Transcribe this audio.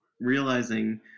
realizing